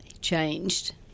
changed